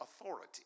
authority